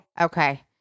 Okay